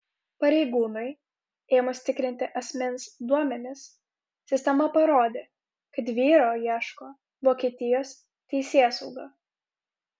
pareigūnui ėmus tikrinti asmens duomenis sistema parodė kad vyro ieško vokietijos teisėsauga